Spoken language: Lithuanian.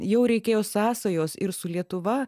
jau reikėjo sąsajos ir su lietuva